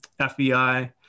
fbi